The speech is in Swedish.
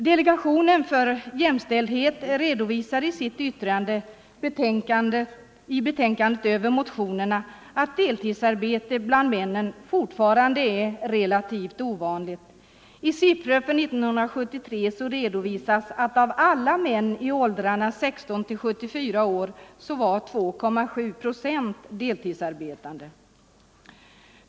Delegationen för jämställdhet redovisar i sitt yttrande över motionerna att deltidsarbete bland män fortfarande är relativt ovanligt. I siffror för 1973 redovisas att av alla män i åldrarna 16-74 år var 2,7 procent deltidsarbetande.